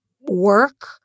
work